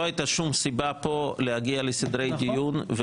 לא הייתה שום סיבה פה להגיע לסדרי דיון,